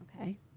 Okay